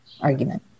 argument